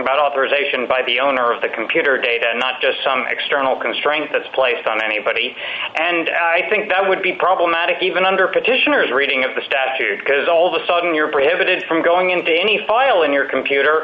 about authorization by the owner of the computer data not just some external constraint that is placed on anybody and i think that would be problematic even under petitioners reading of the statute because all of a sudden you're prevented from going into any file in your computer